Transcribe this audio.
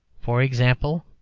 for example,